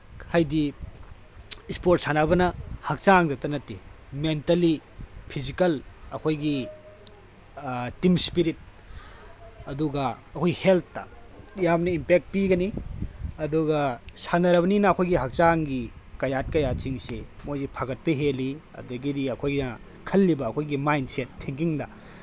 ꯍꯥꯏꯗꯤ ꯏꯁꯄꯣꯔꯠ ꯁꯥꯟꯅꯕꯅ ꯍꯛꯆꯥꯡꯗꯇ ꯅꯠꯇꯦ ꯃꯦꯟꯇꯦꯜꯂꯤ ꯐꯤꯖꯤꯀꯦꯜ ꯑꯩꯈꯣꯏꯒꯤ ꯇꯤꯟ ꯏꯁꯄꯤꯔꯤꯠ ꯑꯗꯨꯒ ꯑꯩꯈꯣꯏ ꯍꯦꯜꯠꯇ ꯌꯥꯝꯅ ꯏꯝꯄꯦꯛ ꯄꯤꯒꯅꯤ ꯑꯗꯨꯒ ꯁꯥꯟꯅꯔꯕꯅꯤꯅ ꯑꯩꯈꯣꯏꯒꯤ ꯍꯛꯆꯥꯡꯒꯤ ꯀꯌꯥꯠ ꯀꯌꯥꯁꯤꯡꯁꯤ ꯃꯣꯏꯁꯤ ꯐꯒꯠꯄ ꯍꯦꯜꯂꯤ ꯑꯗꯒꯤꯗꯤ ꯑꯩꯈꯣꯏꯅ ꯈꯜꯂꯤꯕ ꯑꯩꯈꯣꯏꯒꯤ ꯃꯥꯏꯟꯁꯦꯠ ꯊꯤꯡꯀꯤꯡꯗ